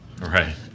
Right